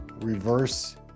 reverse